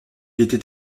était